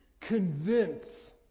convince